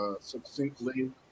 succinctly